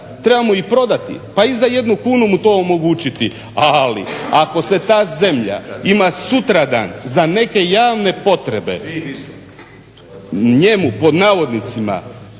Treba mu i prodati. Pa i za jednu kunu mu to omogućiti ali ako se ta zemlja ima sutradan za neke javne potrebe njemu pod navodnicima,